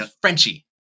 Frenchie